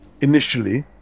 initially